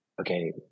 okay